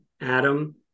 Adam